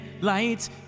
lights